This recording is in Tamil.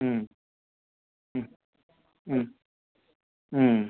ம் ம் ம் ம்